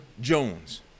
Jones